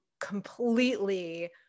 completely